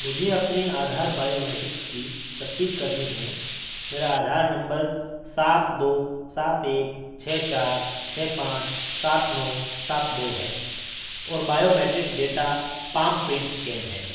مجھے اپنے Aadhaar biometrics کی تصدیق کرنی ہے میرا آدھار نمبر سات دو سات ایک چھ چار چھ پانچ سات نو سات دو ہے اور biometric data palm print scan ہے